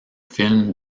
films